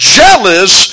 jealous